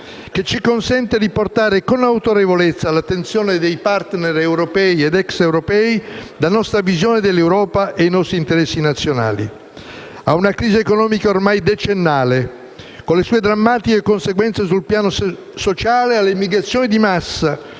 che ci consente di portare con autorevolezza all'attenzione dei *partner* europei ed extraeuropei la nostra visione dell'Europa e i nostri interessi nazionali. Ad una crisi economica ormai decennale, con le sue drammatiche conseguenze sul piano sociale, alle migrazioni di massa,